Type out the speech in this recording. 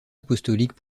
apostolique